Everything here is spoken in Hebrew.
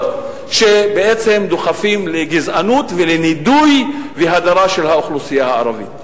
שבעצם דוחפים לגזענות ולנידוי והדרה של האוכלוסייה הערבית.